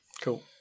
cool